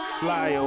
fly